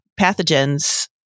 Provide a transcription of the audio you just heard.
pathogens